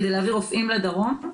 כדי להביא רופאים לדרום.